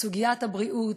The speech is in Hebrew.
סוגיית הבריאות,